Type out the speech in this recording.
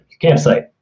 campsite